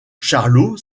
charlot